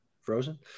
frozen